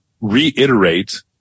reiterate